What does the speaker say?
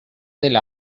del